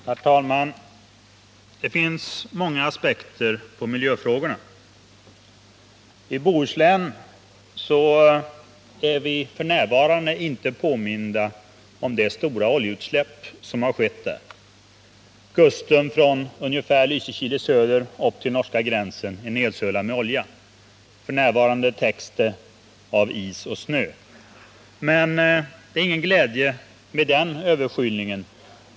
Herr talman! Det finns många aspekter på miljöfrågorna. I Bohuslän är vi f.n. inte påminda om det stora oljeutsläpp som har skett där. Kusten från ungefär Lysekil i söder upp till norska gränsen i norr är nedsölad av olja, men just nu täcks den av is och snö. Det är emellertid ingen glädje med den överskylningen.